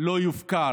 לא יופקר.